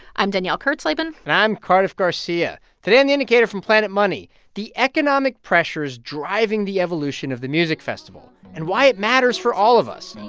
i'm danielle kurtzleben and i'm cardiff garcia. today on the indicator from planet money the economic pressures driving the evolution of the music festival and why it matters for all of us.